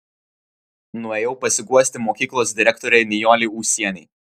nuėjau pasiguosti mokyklos direktorei nijolei ūsienei